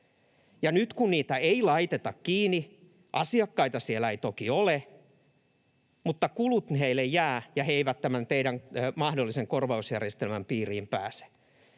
Ja nyt, kun niitä ei laiteta kiinni, asiakkaita siellä ei toki ole, mutta kulut heille jäävät, ja he eivät tämän teidän mahdollisen korvausjärjestelmänne piiriin pääse.